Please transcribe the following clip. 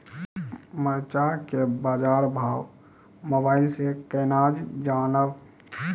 मरचा के बाजार भाव मोबाइल से कैनाज जान ब?